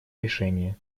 решения